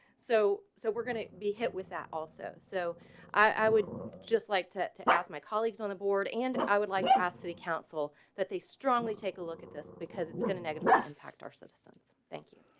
so so we're gonna be hit with that also, so i would just like to to ask my colleagues on the board and i would like to ask city council that they strongly take a look at this because it's going to negatively impact our citizens. thank you.